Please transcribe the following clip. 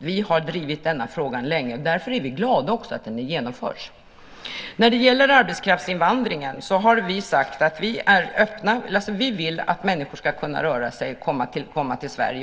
Vi har drivit denna fråga länge. Därför är vi också glada åt att det här genomförs. När det gäller arbetskraftsinvandringen har vi sagt att vi är öppna. Vi vill alltså att människor ska kunna röra sig och komma till Sverige.